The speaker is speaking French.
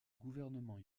gouvernement